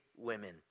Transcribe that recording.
women